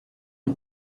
you